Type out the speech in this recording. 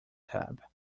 tap